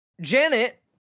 Janet